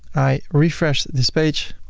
i refresh this page.